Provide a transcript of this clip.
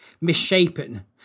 misshapen